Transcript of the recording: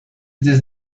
this